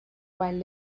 while